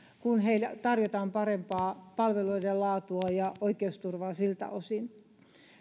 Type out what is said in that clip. kun heille tarjotaan parempaa palveluiden laatua ja oikeusturvaa siltä osin